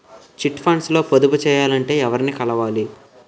Chit funds లో పొదుపు చేయాలంటే ఎవరిని కలవాలి?